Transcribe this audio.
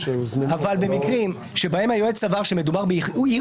אבל במקרים שבהם היועץ סבר שמדובר באי